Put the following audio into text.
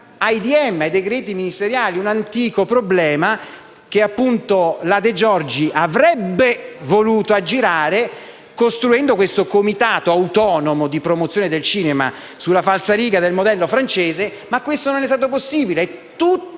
ai decreti ministeriali, un antico problema, che la senatrice Di Giorgi avrebbe voluto aggirare istituendo un comitato autonomo di promozione del cinema sulla falsariga del modello francese, ma non è stato possibile.